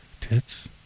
Tits